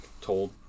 told